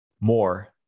more